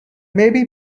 maybe